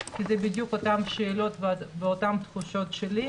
כי אלו בדיוק אותן שאלות ואותן תחושות שלי.